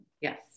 Yes